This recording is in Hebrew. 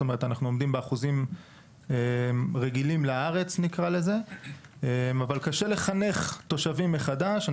אנחנו עומדים באחוזים רגילים לארץ אבל קשה לחנך תושבים מחדש.